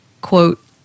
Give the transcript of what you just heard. Quote